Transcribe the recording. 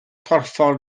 porffor